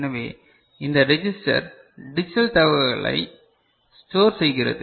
எனவே இந்த register digital தகவல்களை ஸ்டோர் செய்கிறது